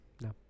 no